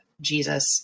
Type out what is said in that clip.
Jesus